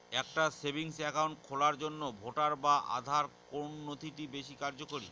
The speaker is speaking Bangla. একটা সেভিংস অ্যাকাউন্ট খোলার জন্য ভোটার বা আধার কোন নথিটি বেশী কার্যকরী?